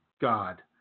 God